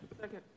Second